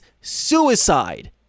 suicide